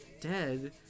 dead